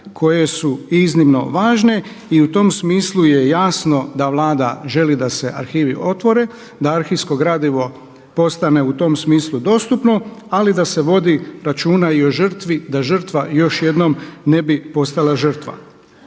koje su i iznimno važne i u tom smislu je jasno da Vlada želi da se arhivi otvore, da arhivsko gradivo postane u tom smislu dostupno, ali da se vodi računa i o žrtvi, da žrtva još jednom ne bi postala žrtva.